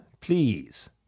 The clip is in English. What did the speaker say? Please